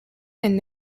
and